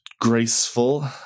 graceful